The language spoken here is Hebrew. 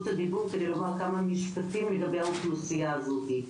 הדיבור כדי לומר כמה משפטים לגבי האוכלוסייה הזאת.